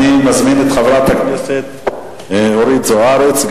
אני מזמין את חברת הכנסת אורית זוארץ,